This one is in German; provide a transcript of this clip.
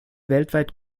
weltweit